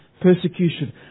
persecution